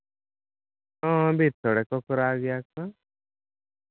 ᱵᱤᱨ ᱥᱳᱲᱮ ᱠᱚ ᱠᱚᱨᱟᱣ ᱜᱮᱭᱟ ᱠᱚ